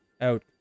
out